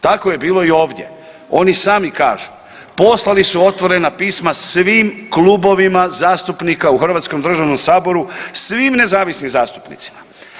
Tako je bilo i ovdje, oni sami kažu, poslali su otvorena pisma svim klubovima zastupnika u hrvatskom državnom Saboru, svim nezavisnim zastupnicima.